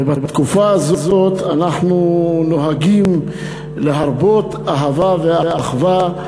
ובתקופה הזאת אנחנו נוהגים להרבות אהבה ואחווה,